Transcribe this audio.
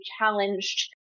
challenged